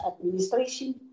administration